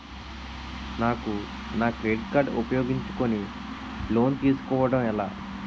నాకు నా credit card ఉపయోగించుకుని లోన్ తిస్కోడం ఎలా?